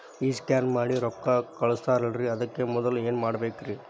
ಈ ಸ್ಕ್ಯಾನ್ ಮಾಡಿ ರೊಕ್ಕ ಕಳಸ್ತಾರಲ್ರಿ ಅದಕ್ಕೆ ಮೊದಲ ಏನ್ ಮಾಡ್ಬೇಕ್ರಿ?